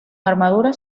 armadura